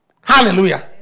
Hallelujah